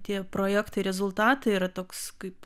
tie projektai rezultatai yra toks kaip